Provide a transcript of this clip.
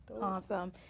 Awesome